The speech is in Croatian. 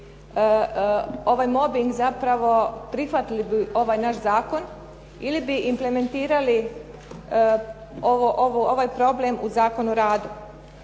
ovaj mobbing zapravo, prihvatili bi ovaj naš zakon ili bi implementirali ovaj problem u Zakonu o radu.